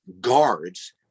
guards